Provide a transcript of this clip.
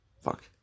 Fuck